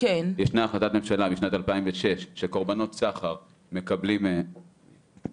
ישנה החלטת ממשלה משנת 2006 שקורבנות סחר מקבלים גם